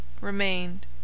remained